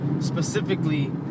specifically